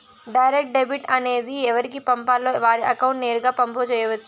direct debit అనేది ఎవరికి పంపాలో వారి అకౌంట్ నేరుగా పంపు చేయొచ్చు